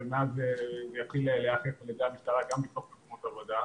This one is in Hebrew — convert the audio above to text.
ומאז זה יתחיל להיאכף על ידי המשטרה גם בתוך מקומות עבודה.